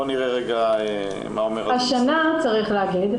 צריך להגיד,